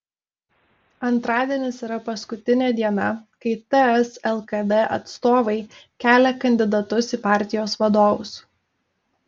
antradienis yra paskutinė diena kai ts lkd atstovai kelia kandidatus į partijos vadovus